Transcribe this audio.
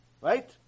right